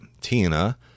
Tina